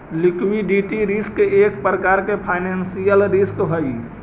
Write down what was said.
liquidity risk एक प्रकार के फाइनेंशियल रिस्क हई